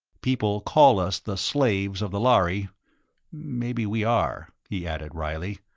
people call us the slaves of the lhari maybe we are, he added wryly.